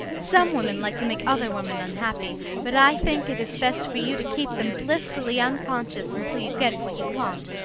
some women like to make other women unhappy, but i think it is best for you to keep them blissfully unconscious until you get what you want.